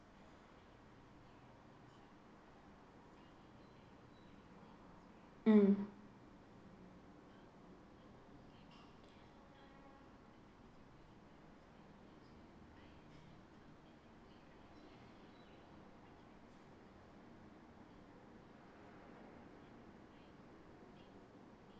mm